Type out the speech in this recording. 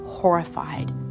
Horrified